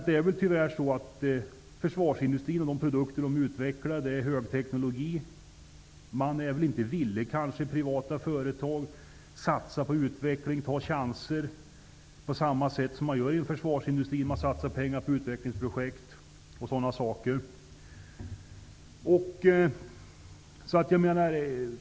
De produkter som försvarsindustrin utvecklar är högteknologiska. Man är kanske inte villig i privata företag att satsa på utveckling och ta chanser på samma sätt som man gör i försvarsindustrin. Där satsar man pengar på utvecklingsprojekt och sådana saker.